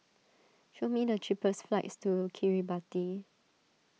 show me the cheapest flights to Kiribati